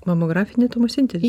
mamografinė tomosintezė